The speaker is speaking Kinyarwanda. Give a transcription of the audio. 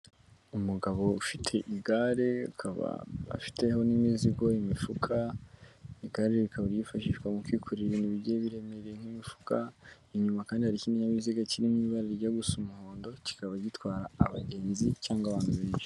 Umugabo ufite igare akaba afiteho n'imizigo, imifuka, igare rikaba yifashishwa mu kwikorera ibintu biremereye nk'imifuka inyuma kandi hari ikinkinyabiziga kiririmo ibara ryojya gu gusa umuhondo kikaba gitwara abagenzi cg abantu benshi.